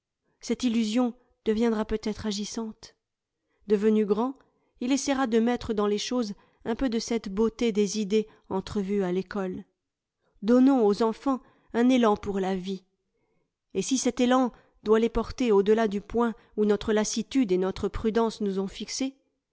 cette illusion deviendra peut-être agissante devenu grand il essaiera de mettre dans les choses un peu de cette beauté des idées entrevue à l'école donnons aux enfants un élan pour la vie et si cet élan doit les porter au delà du point où notre lassitude et notre prudence nous ont fixés